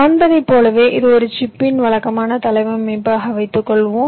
காண்பதைப் போலவே இது ஒரு சிப்பின் வழக்கமான தளவமைப்பாக வைத்துக்கொள்வோம்